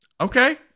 Okay